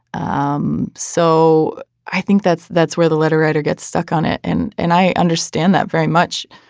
um so i think that's that's where the letter writer gets stuck on it. and and i understand that very much.